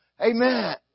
Amen